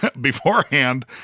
beforehand